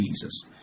Jesus